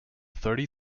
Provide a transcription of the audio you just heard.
thirty